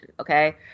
Okay